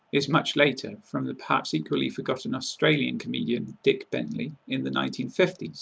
is much later, from the perhaps equally forgotten australian comedian, dick bentley, in the nineteen fifty s.